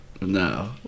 No